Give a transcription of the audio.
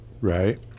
Right